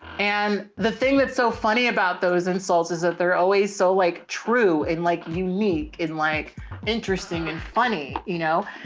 and the thing that's so funny about those insults is that they're always so like true and like unique in like interesting and funny. you know,